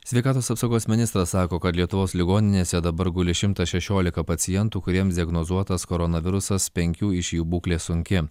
sveikatos apsaugos ministras sako kad lietuvos ligoninėse dabar guli šimtas šešiolika pacientų kuriems diagnozuotas koronavirusas penkių iš jų būklė sunki